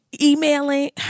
emailing